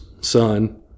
son